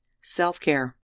Self-care